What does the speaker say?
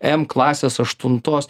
m klasės aštuntos